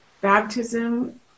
baptism